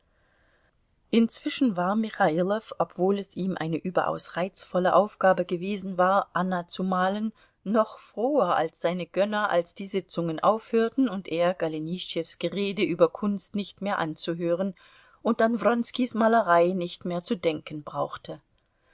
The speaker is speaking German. inzwischen war michailow obwohl es ihm eine überaus reizvolle aufgabe gewesen war anna zu malen noch froher als seine gönner als die sitzungen aufhörten und er golenischtschews gerede über kunst nicht mehr anzuhören und an wronskis malerei nicht mehr zu denken brauchte